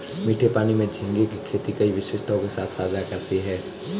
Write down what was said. मीठे पानी में झींगे की खेती कई विशेषताओं के साथ साझा करती है